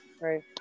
Right